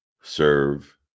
serve